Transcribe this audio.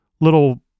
little